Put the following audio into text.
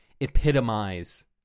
epitomize